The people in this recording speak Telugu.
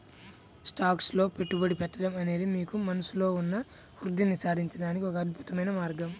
స్టాక్స్ లో పెట్టుబడి పెట్టడం అనేది మీకు మనస్సులో ఉన్న వృద్ధిని సాధించడానికి ఒక అద్భుతమైన మార్గం